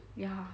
ya